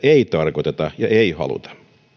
ei tarkoiteta ja ei haluta